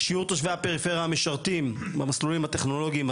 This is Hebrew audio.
שיעור תושבי הפריפריה משרתים במסלולי הטכנולוגיה,